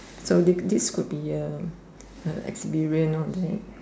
so this could be an experience all that